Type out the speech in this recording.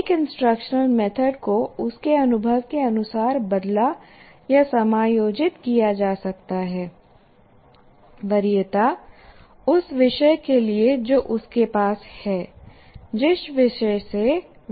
एक instructional method को उसके अनुभव के अनुसार बदला या समायोजित किया जा सकता है वरीयता उस विषय के लिए जो उसके पास है जिस विषय से वह निपट रहा है